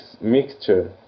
mixture